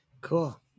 Cool